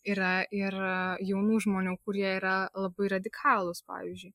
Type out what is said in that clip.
yra ir jaunų žmonių kurie yra labai radikalūs pavyzdžiui